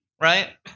right